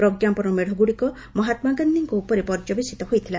ପ୍ରଜ୍ଞାପନ ମେଡ଼ଗୁଡ଼ିକ ମହାତ୍ମାଗାନ୍ଧିଙ୍କ ଉପରେ ପର୍ଯ୍ୟବସିତ ହୋଇଥିଲା